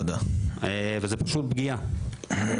זו פשוט פגיעה.